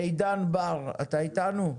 מידן בר, אתה איתנו?